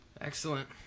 Excellent